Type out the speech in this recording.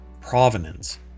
provenance